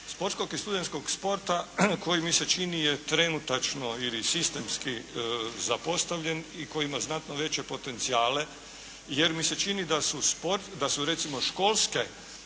Školskog i studentskog sporta, koji mi se čini je trenutačno ili sistemski zapostavljen i koji ima znatno veće potencijale, jer mi se čini da su recimo